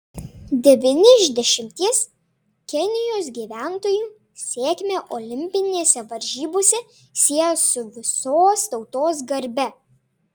devyni iš dešimties kenijos gyventojų sėkmę olimpinėse varžybose sieja su visos tautos garbe